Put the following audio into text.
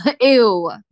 Ew